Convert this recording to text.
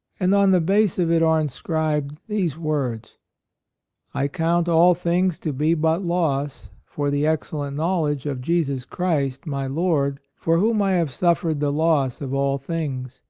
and on the base of it are inscribed these words i count all things to be but loss for the excellent knowledge of jesus christ my lord, for whom i have suffered the loss of all things,